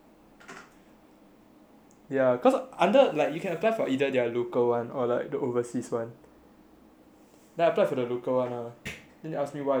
ya cause under like you can apply for either their local one or like the overseas one like I applied for the local one ah and they asked me why don't want then I was like what